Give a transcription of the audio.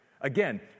Again